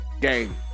Game